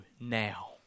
now